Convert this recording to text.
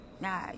Nah